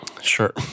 Sure